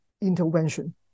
intervention